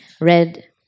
read